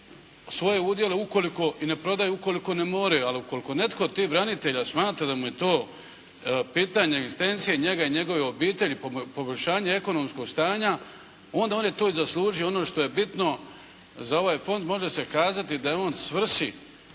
svoje udjele i ne prodaju ukoliko ne moraju. Ali ukoliko netko od tih branitelja smatra da mu je to pitanje egzistencije njega i njegove obitelji, poboljšanje ekonomskog stanja, onda je on to i zaslužio. Ono što je bitno za ovaj fond, može se kazati da je on svrsi,